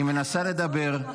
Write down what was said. היא מנסה לדבר.